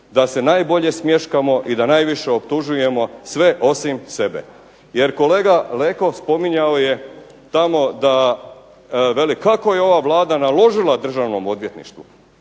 da se najbolje smješkamo i da najviše optužujemo sve osim sebe. Jer kolega Leko spominjao je tamo da veli kako je ova Vlada naložila Državnom odvjetništvu.